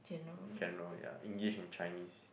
general ya English and Chinese